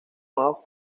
nuevos